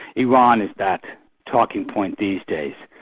iran is that talking point these days,